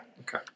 Okay